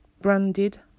Branded